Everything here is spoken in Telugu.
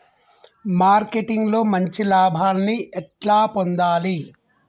మార్కెటింగ్ లో మంచి లాభాల్ని ఎట్లా పొందాలి?